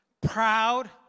Proud